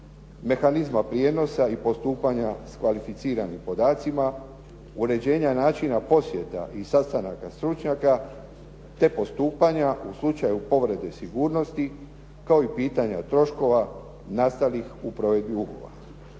mehanizma prijenosa i postupanja s kvalificiranim podacima, uređenja i načina posjeta i sastanaka stručnjaka te postupanja u slučaju povrede sigurnosti kao i pitanja troškova nastalih u provedbi ugovora.